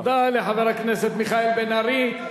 תודה לחבר הכנסת מיכאל בן-ארי.